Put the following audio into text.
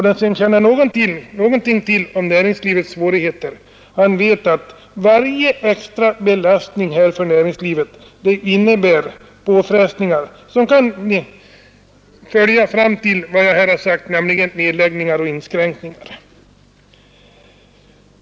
Den som känner till något om näringslivets svårigheter vet att varje extra belastning för näringslivet innebär påfrestningar som kan föra fram till vad jag här sagt, nämligen nedläggningar och inskränkningar.